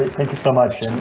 thank you so much.